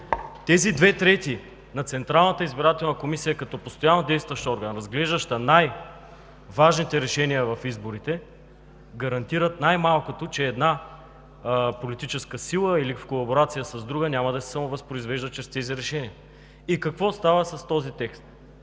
тези две трети на Централната избирателна комисия, като постоянно действащ орган, разглеждаща най-важните решения в изборите, гарантират най-малкото, че една политическа сила или в колаборация с друга, няма да се самовъзпроизвежда чрез тези решения. И какво става с този текст?